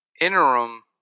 interim